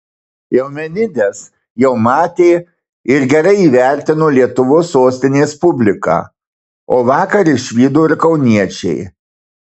eumenides jau matė ir gerai įvertino lietuvos sostinės publika o vakar išvydo ir kauniečiai